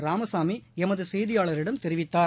ராமசாமி எமது செய்தியாளரிடம் தெரிவித்தார்